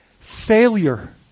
failure